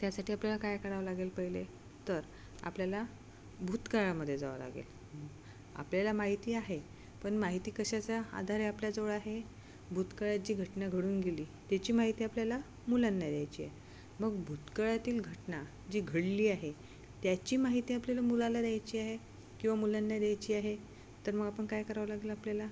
त्यासाठी आपल्याला काय करावं लागेल पहिले तर आपल्याला भूतकाळामध्ये जावं लागेल आपल्याला माहिती आहे पण माहिती कशाचा आधारे आपल्याजवळ आहे भूतकाळात जी घटना घडून गेली त्याची माहिती आपल्याला मुलांना द्यायची आहे मग भूतकाळातील घटना जी घडली आहे त्याची माहिती आपल्याला मुलाला द्यायची आहे किंवा मुलांना द्यायची आहे तर मग आपण काय करावं लागेल आपल्याला